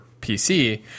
PC